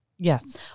Yes